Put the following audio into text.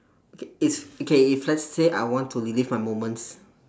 okay it's okay if let say I want to relive my moments